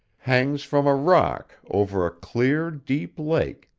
hangs from a rock over a clear, deep lake,